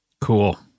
Cool